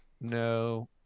no